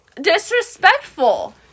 disrespectful